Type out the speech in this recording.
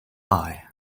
eye